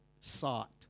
sought